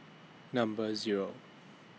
Number Zero